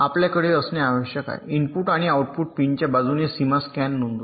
आपल्याकडे असणे आवश्यक आहे इनपुट आणि आउटपुट पिनच्या बाजूने सीमा स्कॅन नोंदवते